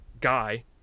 guy